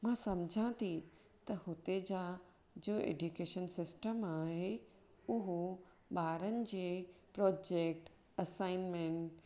मा समिझा थी था हुते जा ऐडिकेशन सिस्टम उहो ॿारनि जे प्रोजेक्ट असाइमेंट